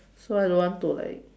so I don't want to like